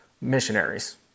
missionaries